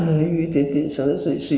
还有几分钟